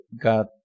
got